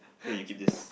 feel like you keep this